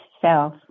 self